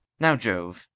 now jove,